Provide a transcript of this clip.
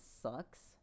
sucks